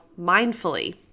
mindfully